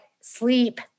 sleep